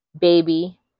baby